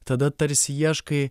tada tarsi ieškai